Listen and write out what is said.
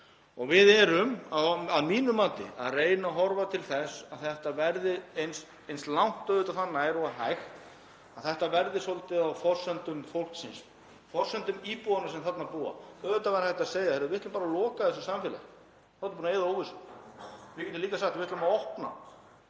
og við erum að mínu mati að reyna að horfa til þess að þetta verði, eins langt og það nær og er hægt, svolítið á forsendum fólksins, forsendum íbúanna sem þarna búa. Auðvitað væri hægt að segja: Heyrðu, við ætlum bara að loka þessu samfélagi. Þá værum við búin að eyða óvissu. Við gætum líka sagt: Við ætlum að opna,